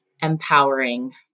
Empowering